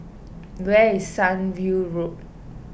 where is Sunview Road